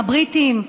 הבריטים,